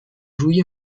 روی